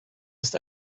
ist